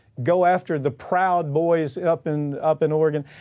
go after the proud boys up in, up in oregon.